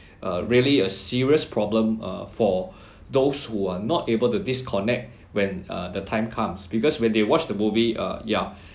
uh really a serious problem uh for those who are not able to disconnect when uh the time comes because when they watch the movie uh yeah